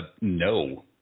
No